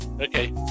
Okay